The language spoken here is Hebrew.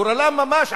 גורלם ממש,